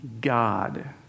God